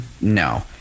No